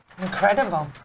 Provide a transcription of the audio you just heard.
Incredible